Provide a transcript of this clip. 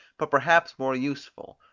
but perhaps more useful,